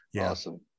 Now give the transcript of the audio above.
awesome